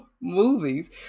movies